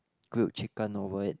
grilled chicken over it